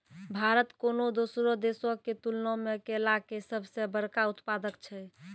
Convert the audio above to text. भारत कोनो दोसरो देशो के तुलना मे केला के सभ से बड़का उत्पादक छै